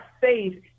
faith